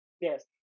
Yes